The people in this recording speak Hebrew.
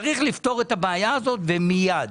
צריך לפתור את הבעיה הזאת ומיד.